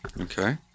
Okay